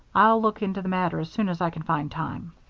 i'll look into the matter as soon as i can find time.